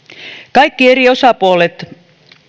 kaikki eri osapuolet